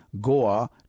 Goa